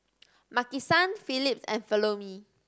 Maki San Phillips and Follow Me